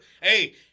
hey